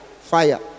fire